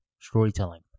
storytelling